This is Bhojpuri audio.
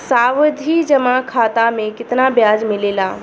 सावधि जमा खाता मे कितना ब्याज मिले ला?